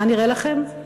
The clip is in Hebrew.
מה נראה לכם?